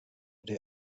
der